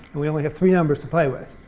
and we only have three numbers to play with.